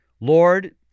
Lord